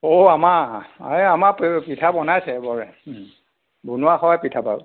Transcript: ও আমাৰ অ' আমাৰ পিঠা বনাইছে বৌৰে বনোৱা হয় পিঠা বাৰু